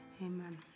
amen